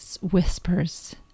whispers